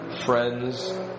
friends